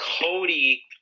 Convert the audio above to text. Cody